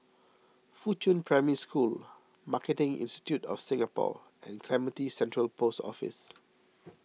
Fuchun Primary School Marketing Institute of Singapore and Clementi Central Post Office